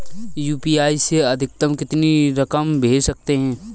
UPI से अधिकतम कितनी रकम भेज सकते हैं?